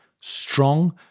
strong